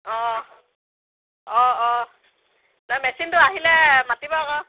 অঁ অঁ অঁ নহয় মেচিনটো আহিলে মাতিব আকৌ